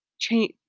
change